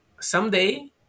someday